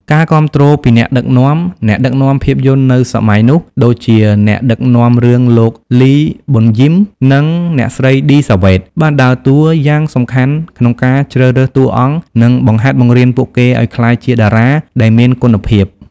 ការគាំទ្រពីអ្នកដឹកនាំ អ្នកដឹកនាំភាពយន្តនៅសម័យនោះ ដូចជាអ្នកដឹកនាំរឿង លោក លី ប៊ុនយីម និង អ្នកស្រី ឌី សាវ៉េត បានដើរតួយ៉ាងសំខាន់ក្នុងការជ្រើសរើសតួអង្គនិងបង្ហាត់បង្រៀនពួកគេឱ្យក្លាយជាតារាដែលមានគុណភាព។